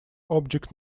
object